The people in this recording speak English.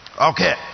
Okay